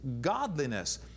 godliness